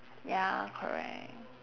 ya correct